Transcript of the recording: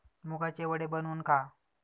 मुगाचे वडे बनवून खा